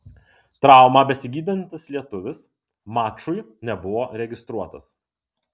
traumą besigydantis lietuvis mačui nebuvo registruotas